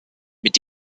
mit